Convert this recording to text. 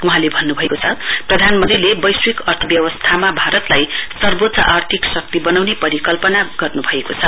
वहाँले भन्नुभएको छ प्रधानमन्त्रीले वैश्विक अर्थव्यवस्थामा भारतलाई सर्वोच्च आर्थिक शक्ति बनाउने परिकल्पमा गर्नुभएको छ